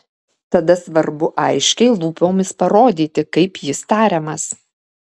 tada svarbu aiškiai lūpomis parodyti kaip jis tariamas